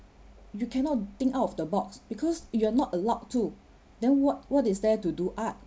you cannot think out of the box because you're not allowed to then what what is there to do art